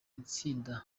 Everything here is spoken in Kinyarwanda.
itsinda